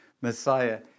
Messiah